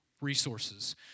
resources